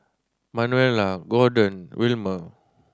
Manuela Gordon Wilmer